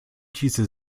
diese